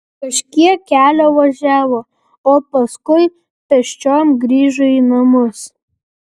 kažkiek kelio važiavo o paskui pėsčiom grįžo į namus